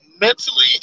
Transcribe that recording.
mentally